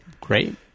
Great